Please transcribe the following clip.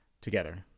together